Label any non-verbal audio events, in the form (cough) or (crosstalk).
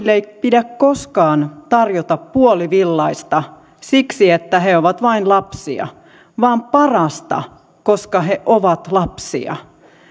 (unintelligible) ei pidä koskaan tarjota puolivillaista siksi että he ovat vain lapsia vaan parasta koska he ovat lapsia